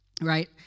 right